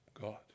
God